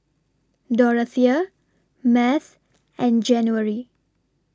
Dorathea Math and January